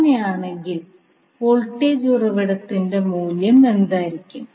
അങ്ങനെയാണെങ്കിൽ വോൾട്ടേജ് ഉറവിടത്തിന്റെ മൂല്യം എന്തായിരിക്കും